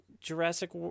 Jurassic